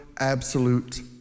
absolute